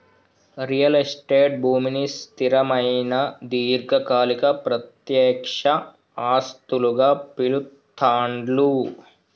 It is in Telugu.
రియల్ ఎస్టేట్ భూమిని స్థిరమైన దీర్ఘకాలిక ప్రత్యక్ష ఆస్తులుగా పిలుత్తాండ్లు